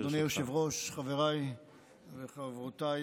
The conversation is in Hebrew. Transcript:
אדוני היושב-ראש, חבריי וחברותיי,